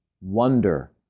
Wonder